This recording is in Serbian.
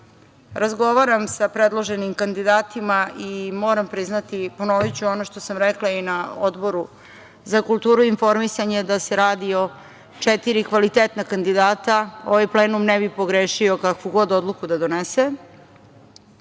razgovaram sa predloženim kandidatima i moram priznati, ponoviću ono što sam rekla i na Odboru za kulturu i informisanje da se radi o četiri kvalitetna kandidata ovaj plenum ne bi pogrešio kakvu god odluku da donese. Naša